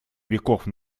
веков